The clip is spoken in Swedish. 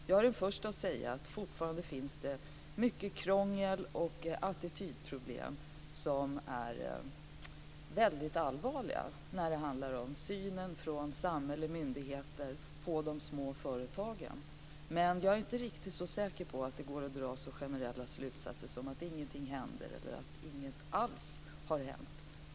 Jag är den första att säga att det fortfarande finns mycket krångel och attitydproblem som är väldigt allvarliga när det gäller synen från samhället och myndigheter på de små företagen. Men jag är inte riktigt så säker på att det går att dra så generella slutsatser som att ingenting händer, eller att ingenting alls har hänt.